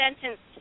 sentenced